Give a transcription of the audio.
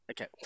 Okay